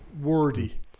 ...wordy